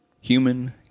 human